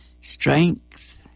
Strength